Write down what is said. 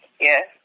Yes